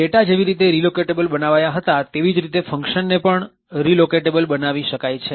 data જેવી રીતે relocatable બનાવાયા હતા તેવી જ રીતે ફંકશન ને પણ રીલોકેટેબલ બનાવી શકાય છે